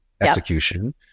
execution